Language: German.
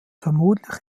vermutlich